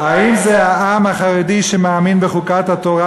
האם זה העם החרדי שמאמין בחוקת התורה